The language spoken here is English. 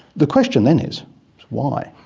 the question then is why?